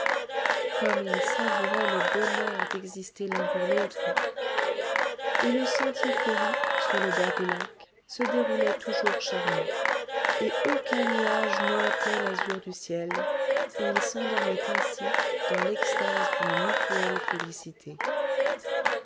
comme ils savouraient le bonheur d'exister l'un par l'autre et le sentier fleuri sur le bord du lac se déroulait toujours charmant et aucun nuage n'ouatait l'azur du ciel et ils s'endormaient ainsi dans l'extase d'une mutuelle félicité